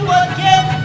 again